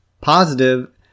positive